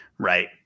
right